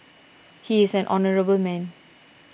he is an honourable man